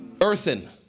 Earthen